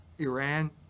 Iran